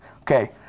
okay